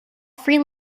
free